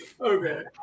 Okay